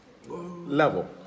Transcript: level